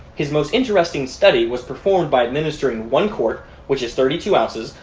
his most interesting study was performed by administering one quart, which is thirty two ounces,